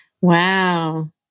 Wow